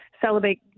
celebrate